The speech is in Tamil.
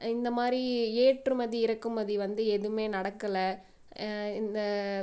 இந்தமாதிரி ஏற்றுமதி இறக்குமதி வந்து எதுவும் நடக்கலை இந்த